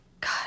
God